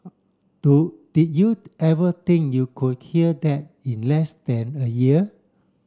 do did you ever think you could hear that in less than a year